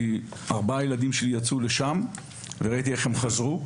ארבעה ילדיי יצאו לשם וראיתי איך הם חזרו.